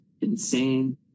insane